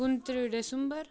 کُنہٕ تٕرٛہ ڈٮ۪سَمبر